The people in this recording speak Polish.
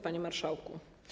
Panie Marszałku!